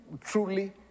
truly